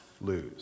lose